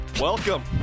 Welcome